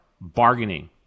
bargaining